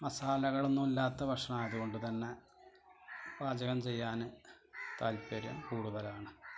മസാലകളൊന്നുമില്ലാത്ത ഭക്ഷണം ആയത്കൊണ്ട് തന്നെ പാചകം ചെയ്യാൻ താൽപര്യം കൂടുതലാണ്